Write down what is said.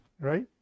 right